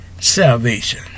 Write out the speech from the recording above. salvation